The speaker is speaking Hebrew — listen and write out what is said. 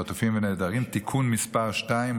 חטופים ונעדרים (תיקון מס' 2),